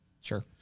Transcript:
Sure